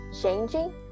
changing